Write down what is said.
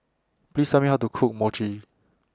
Please Tell Me How to Cook Mochi